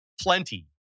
plenty